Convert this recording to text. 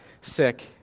sick